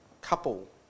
couple